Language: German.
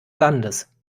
landes